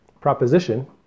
proposition